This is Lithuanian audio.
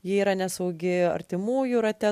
ji yra nesaugi artimųjų rate